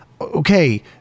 okay